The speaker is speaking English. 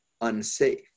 unsafe